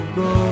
go